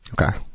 Okay